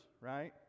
right